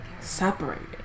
separated